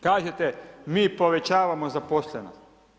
Kažete mi povećavamo zaposlenost.